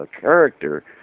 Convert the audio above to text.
character